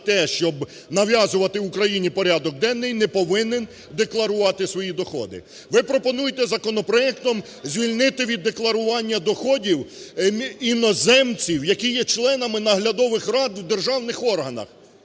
щоб нав'язувати Україні порядок денний, не повинен декларувати свої доходи. Ви пропонуєте законопроектом звільнити від декларування доходів іноземців, які є членами наглядових рад державних органах.